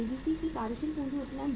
ABC की कार्यशील पूंजी उत्तोलन